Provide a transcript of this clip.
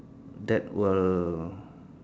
that will